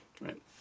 right